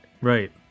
right